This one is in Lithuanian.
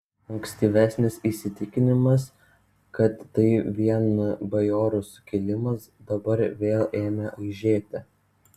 ankstyvesnis įsitikinimas kad tai vien bajorų sukilimas dabar vėl ėmė aižėti